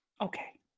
Okay